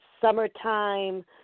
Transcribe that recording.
summertime